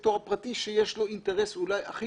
הסקטור הפרטי שיש לו אינטרס אולי הכי